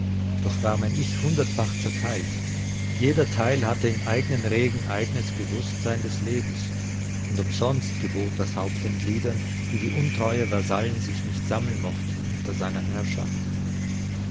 doch war mein ich hundertfach zerteilt jeder teil hatte im eignen regen eignes bewußtsein des lebens und umsonst gebot das haupt den gliedern die wie untreue vasallen sich nicht sammeln mochten unter seiner herrschaft